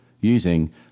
using